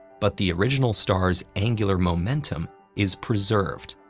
but the original star's angular momentum is preserved.